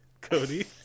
Cody